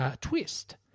twist